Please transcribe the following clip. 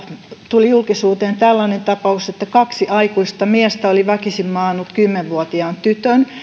tuli julkisuuteen tällainen tapaus että kaksi aikuista miestä oli väkisinmaannut kymmenen vuotiaan tytön